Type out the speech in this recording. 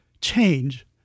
change